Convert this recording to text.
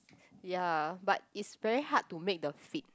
ya but it's very hard to make the feet